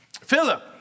Philip